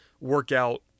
workout